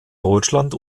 deutschland